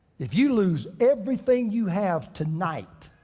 if you lose everything you have tonight,